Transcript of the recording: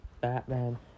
Batman